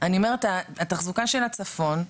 אני אומרת, התחזוקה של הצפון,